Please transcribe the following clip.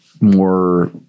more